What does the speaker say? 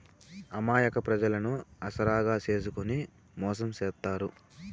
అమాయక ప్రజలను ఆసరాగా చేసుకుని మోసం చేత్తారు